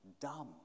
dumb